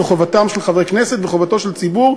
זו חובתם של חברי כנסת וחובתו של ציבור,